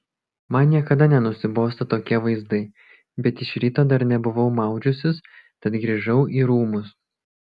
man niekada nenusibosta tokie vaizdai bet iš ryto dar nebuvau maudžiusis tad grįžau į rūmus